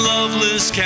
Loveless